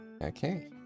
Okay